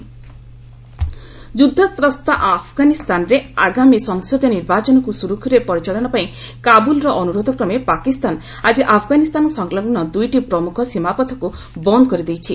Pak Afghan border ଯ୍ରଦ୍ଧତ୍ରସ୍ତ ଆଫଗାନିସ୍ତାନରେ ଆଗାମୀ ସଂସଦୀୟ ନିର୍ବାଚନକ୍ର ସୁରୁଖୁରୁରେ ପରିଚାଳନାପାଇଁ କାବୁଲ୍ର ଅନୁରୋଧକ୍ରମେ ପାକିସ୍ତାନ ଆଜି ଆଫଗାନିସ୍ତାନ ସଂଲଗ୍ନ ଦୁଇଟି ପ୍ରମୁଖ ସୀମାପଥକୁ ବନ୍ଦ୍ କରିଦେଇଛି